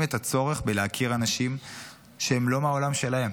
את הצורך בלהכיר אנשים שהם לא מהעולם שלהם.